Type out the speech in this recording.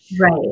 Right